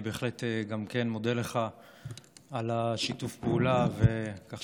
גם אני בהחלט מודה לך על שיתוף הפעולה ועל כך